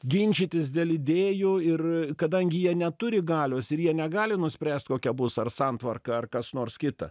ginčytis dėl idėjų ir kadangi jie neturi galios ir jie negali nuspręst kokia bus ar santvarka ar kas nors kita